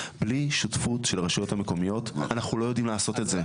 בלי שותפות של הרשויות המקומיות אנחנו לא יודעים לעשות את זה.